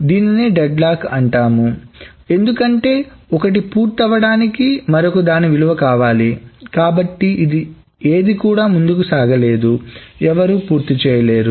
దీన్నే డెడ్లాక్ అంటాము ఎందుకంటే ఒకటి పూర్తవడానికి మరొక దాని విలువ కావాలి కాబట్టి ఏది కూడా ముందుకు సాగలేదు ఎవరు పూర్తి చేయలేరు